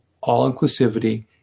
all-inclusivity